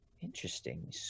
Interesting